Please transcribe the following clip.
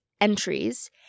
entries